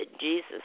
Jesus